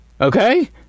Okay